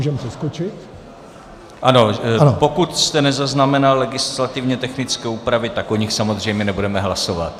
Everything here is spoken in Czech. Ano, pokud jste nezaznamenal legislativně technické úpravy, tak o nich samozřejmě nebudeme hlasovat.